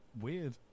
weird